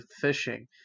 fishing